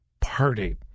party